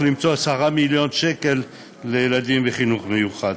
למצוא 10 מיליון שקל לילדים בחינוך מיוחד,